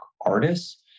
artists